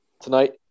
tonight